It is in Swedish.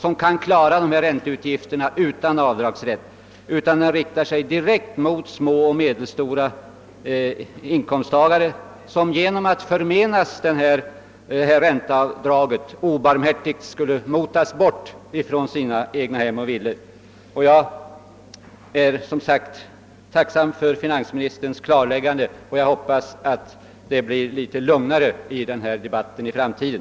De kan klara dessa ränteutgifter utan avdragsrätt; systemet riktar sig direkt mot små och medelstora inkomsttagare, vilka därest detta ränteavdrag förmenades dem obarmbhärtigt skulle motas bort från sina egnahem och villor. Jag är som sagt tacksam för finansministerns klarläggande och hoppas att det blir litet lugnare i debatten om dessa ting i framtiden.